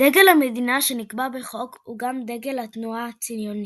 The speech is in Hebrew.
דגל המדינה שנקבע בחוק הוא גם דגל התנועה הציונית.